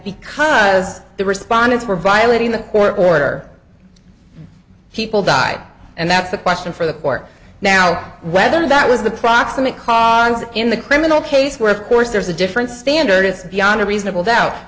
because the respondents were violating the court order people died and that's the question for the court now whether that was the proximate cause in the criminal case where of course there's a different standard is beyond a reasonable doubt